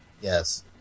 Yes